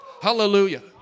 Hallelujah